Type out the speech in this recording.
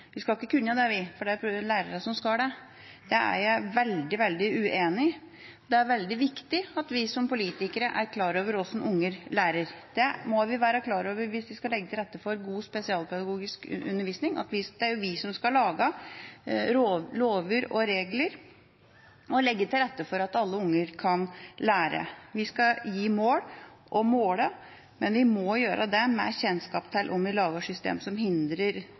Vi skal ikke kunne det, vi, for det er det lærerne som skal. Det er jeg veldig, veldig uenig i. Det er veldig viktig at vi som politikere er klar over hvordan unger lærer. Det må vi være klar over hvis vi skal legge til rette for god spesialpedagogisk undervisning. Det er jo vi som skal lage lover og regler og legge til rette for at alle unger kan lære. Vi skal gi mål og måle, men vi må gjøre det med kjennskap til om vi lager system som hindrer